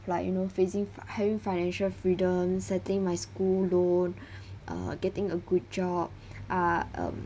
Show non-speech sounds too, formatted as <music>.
like you know facing having financial freedom settling my school loan <breath> uh getting a good job are um